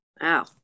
wow